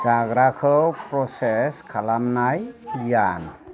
जाग्राखौ प्रसेस खालामनाय गियान